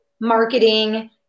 marketing